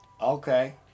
Okay